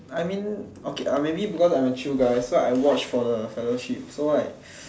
I mean okay um maybe cause I'm a chill guy so I watch for the fellowship so like